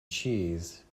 cheese